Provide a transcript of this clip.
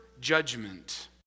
judgment